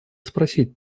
спросить